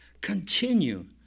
Continue